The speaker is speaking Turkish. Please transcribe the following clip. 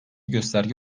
gösterge